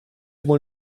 wohl